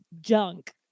junk